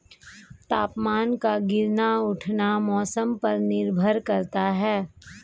तापमान का गिरना उठना मौसम पर निर्भर करता है